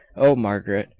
oh, margaret!